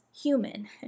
human